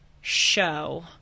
show